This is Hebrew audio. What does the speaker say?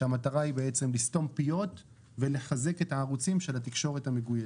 כאשר המטרה היא בעצם לסתום פיות ולחזק את הערוצים של התקשורת המגויסת.